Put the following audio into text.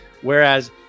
Whereas